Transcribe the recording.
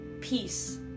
peace